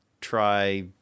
try